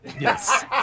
Yes